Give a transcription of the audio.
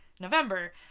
November